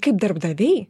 kaip darbdaviai